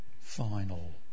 final